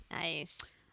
nice